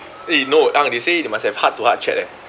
eh no ang they say they must have heart to heart chat eh